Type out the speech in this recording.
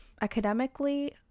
academically